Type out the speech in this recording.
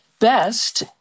best